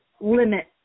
limit